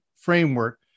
framework